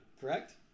correct